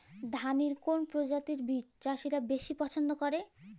ধানের কোন প্রজাতির বীজ চাষীরা বেশি পচ্ছন্দ করে?